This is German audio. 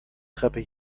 treppe